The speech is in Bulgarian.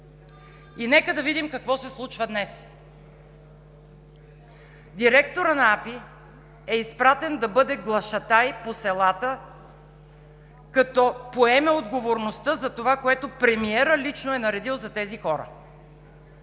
Нека да видим какво се случва днес. Директорът на АПИ е изпратен да бъде глашатай по селата, като поеме отговорността за това, което премиерът лично е наредил за тези хора.